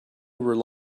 rely